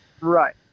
Right